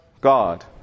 God